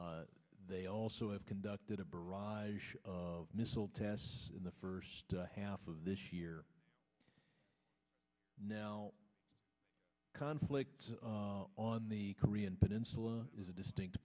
six they also have conducted a barrage of missile tests in the first half of this year now conflict on the korean peninsula is a distinct